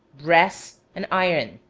brass, and iron.